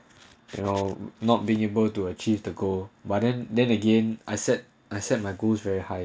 you know not being able to achieve the goal but then then again I said I set my goals very high